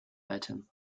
item